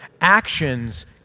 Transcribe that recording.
Actions